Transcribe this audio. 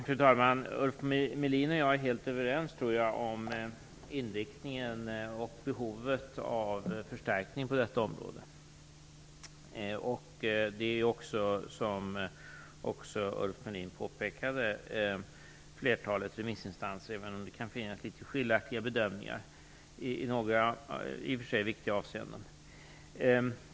Fru talman! Ulf Melin och jag är nog helt överens om inriktningen och om behovet av en förstärkning på detta område. Som Ulf Melin påpekade gäller det också flertalet remissinstanser, även om det kan finnas litet skiljaktiga bedömningar i några, i och för sig viktiga, avseenden.